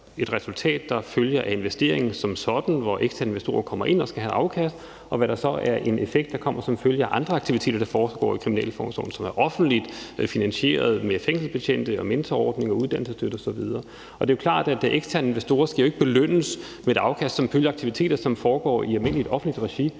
et resultat, der følger af investeringen som sådan, hvor eksterne investorer kommer ind og skal have et afkast, og hvad der så er en effekt, der kommer som følge af andre aktiviteter, der foregår i kriminalforsorgen, som er offentligt finansieret med fængselsbetjente og mentorordninger, uddannelsesstøtte osv. Det er jo klart, at eksterne investorer ikke skal belønnes med et afkast som følge af aktiviteter, som foregår i almindeligt offentligt regi.